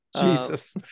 Jesus